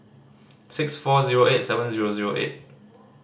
six four zero eight seven zero zero eight